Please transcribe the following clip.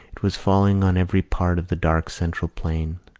it was falling on every part of the dark central plain,